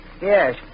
Yes